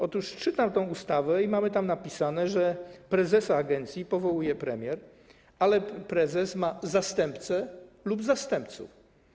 Otóż czytam tę ustawę i mamy tam napisane, że prezesa agencji powołuje premier, ale prezes ma zastępcę lub zastępców.